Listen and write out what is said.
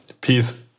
Peace